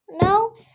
No